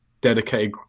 dedicated